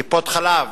טיפות-חלב,